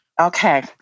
Okay